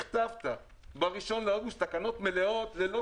הכתבת בראשון באוגוסט תקנות מלאות ללא